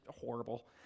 horrible